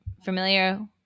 Familiar